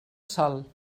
sòl